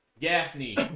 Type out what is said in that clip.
Gaffney